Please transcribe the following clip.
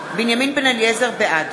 בעד